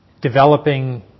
developing